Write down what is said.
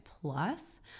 plus